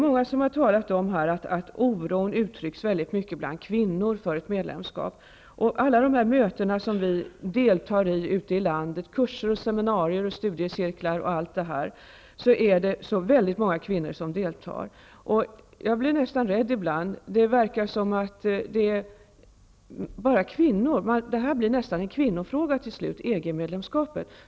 Många har talat om att oron när det gäller ett medlemskap i väldigt stor usträckning uttrycks bland kvinnor. Vid alla de kurser, seminarier, studiecirklar osv. ute i landet som vi deltagit i är det väldigt många kvinnor som är med. Jag blir nästan rädd ibland. Det verkar som om frågan om EG medlemskapet till slut nästan blir en kvinnofråga.